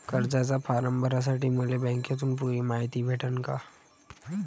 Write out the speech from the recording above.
कर्जाचा फारम भरासाठी मले बँकेतून पुरी मायती भेटन का?